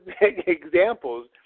examples